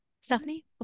Stephanie